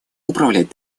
управлять